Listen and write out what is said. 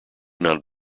not